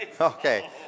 Okay